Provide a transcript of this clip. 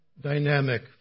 dynamic